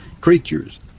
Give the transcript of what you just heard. creatures